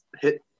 hit